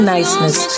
Niceness